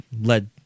led